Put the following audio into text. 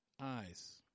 eyes